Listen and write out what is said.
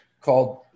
called